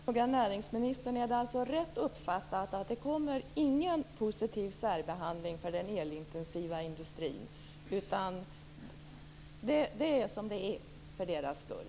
Fru talman! Jag vill fråga näringsministern om det är rätt uppfattat att det inte kommer att ske någon positiv särbehandling av den elintensiva industrin. Är det som det är för dennas del?